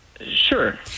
sure